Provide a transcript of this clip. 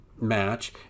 match